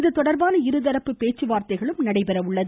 இதுதொடர்பான இருதரப்பு பேச்சுவார்த்தைகள் நடைபெற உள்ளது